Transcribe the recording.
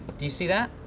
do you see that?